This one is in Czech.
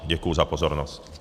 Děkuji za pozornost.